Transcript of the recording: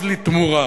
"עוז לתמורה".